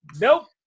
Nope